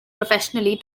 professionally